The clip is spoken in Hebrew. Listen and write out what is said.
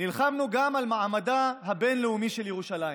נלחמנו גם על מעמדה הבין-לאומי של ירושלים,